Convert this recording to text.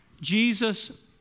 Jesus